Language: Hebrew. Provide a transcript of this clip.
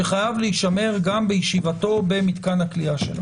שחייב להישמר גם בישיבתו במתקן הכליאה שלו.